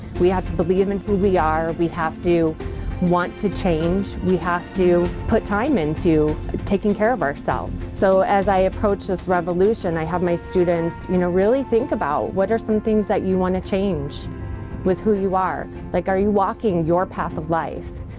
we have to believe in who we are, we have to want to change, we have to put time into taking care of ourselves. so, as i approached this revolution, i had my students, you know, really think about what are some things that you want to change with who you are. like, are you walking your path of life.